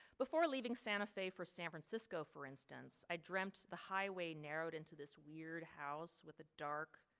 before leaving santa fe for san francisco, for instance, i drempt the highway narrowed into this weird house with a dark,